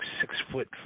six-foot